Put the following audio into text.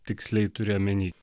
tiksliai turi omeny